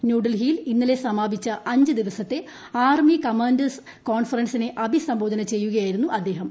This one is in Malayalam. ന്യൂഡൽഹിയിൽ ഇന്നലെ സമാപിച്ച അഞ്ച് ദിവസത്തെ ആർമി കമാൻഡേഴ്സ് കോൺഫറൻസിനെ അഭിസംബോധന ചെയ്യുകയായി രുന്നു അദ്ദേഹം